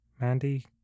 Mandy